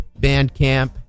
Bandcamp